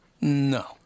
No